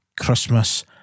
Christmas